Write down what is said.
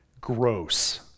gross